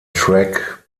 track